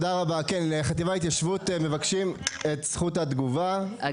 בחטיבה להתיישבות מבקשים את זכות התגובה, בבקשה.